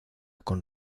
con